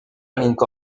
inc